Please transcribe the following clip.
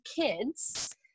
kids